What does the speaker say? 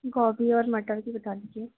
گوبھی اور مٹر کی بتا دیجیے